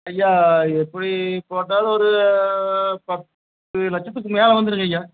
ஐயா எப்படி போட்டாலும் ஒரு பத்து லட்சத்துக்கு மேலே வந்துருங்க ஐயா